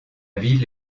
ville